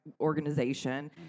organization